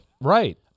Right